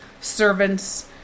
servants